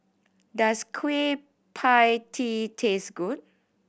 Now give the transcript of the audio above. does Kueh Pie Tee taste good